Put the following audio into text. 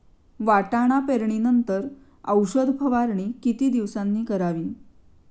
वाटाणा पेरणी नंतर औषध फवारणी किती दिवसांनी करावी?